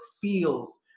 feels